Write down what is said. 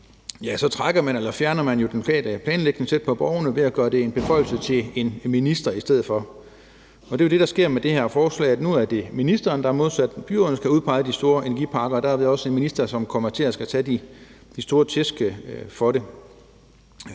fjerner man jo den lokale planlægning tæt på borgerne ved at gøre det til en beføjelse til en minister i stedet for. Det er jo det, der sker med det her forslag, altså at det nu er ministeren i stedet for byrådene, der skal udpege de store energiparker, og derved også er en minister, som kommer til at skulle tage de store tæsk for det.